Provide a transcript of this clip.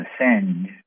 ascend